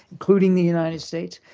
including the united states.